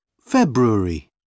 February